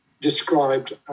described